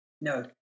No